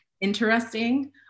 interesting